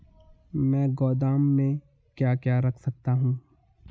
मैं गोदाम में क्या क्या रख सकता हूँ?